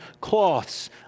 cloths